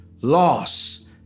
loss